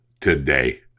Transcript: today